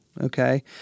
okay